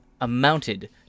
amounted